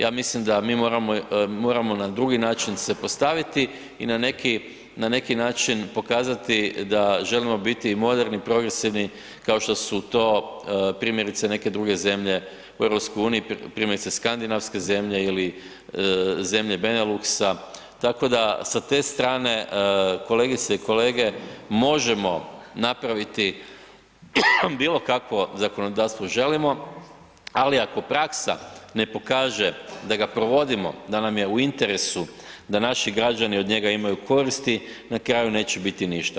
Ja mislim da mi moramo na drugi način se postaviti i na neki način pokazati da želimo biti moderni, progresivni kao što su to primjerice neke druge zemlje u EU, primjerice Skandinavske zemlje ili zemlje Beneluxa tko da sa te strane kolegice i kolege možemo napraviti bilo kakvo zakonodavstvo želimo, ali ako praksa ne pokaže da ga provodimo, da nam je u interesu da naši građani od njega imaju koristi na kraju neće biti ništa.